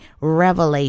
revelation